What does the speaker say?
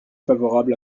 favorable